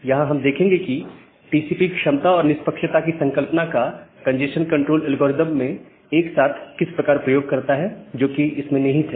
यहां हम देखेंगे कि टीसीपी क्षमता और निष्पक्षता की संकल्पना का कंजेस्शन कंट्रोल एल्गोरिदम में एक साथ किस प्रकार प्रयोग करता है जो कि इसमें निहित है